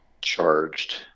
charged